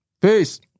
Peace